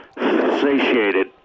satiated